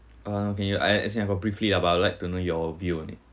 uh okay ya I'd like to know your view only